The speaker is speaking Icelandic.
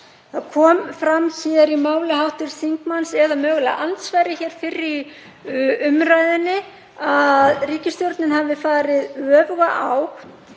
Það kom fram í máli hv. þingmanns, eða mögulega andsvari hér fyrr í umræðunni, að ríkisstjórnin hafi farið í öfuga